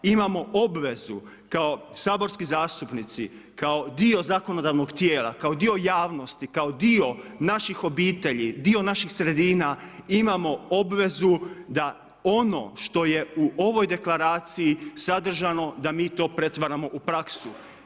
Imamo obvezu kao saborski zastupnici, kao dio zakonodavnog tijela, kao dio javnosti, kao dio naših obitelji, kao dio naših sredina, imamo obvezu da ono što je u ovoj deklaraciju sadržano, da mi to pretvaramo u praksu.